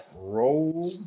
Roll